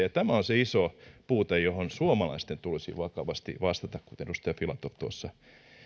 ja tämä on se iso puute johon suomalaisten tulisi vakavasti vastata kuten edustaja filatov tuossa